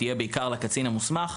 תהיה בעיקר לקצין המוסמך.